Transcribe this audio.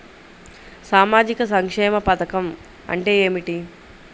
సామాజిక సంక్షేమ పథకం అంటే ఏమిటి?